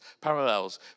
parallels